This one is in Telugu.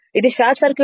ఇది షార్ట్ సర్క్యూట్